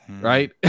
Right